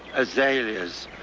azaleas.